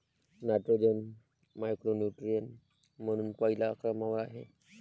nitrogen macronutrient म्हणून पहिल्या क्रमांकावर आहे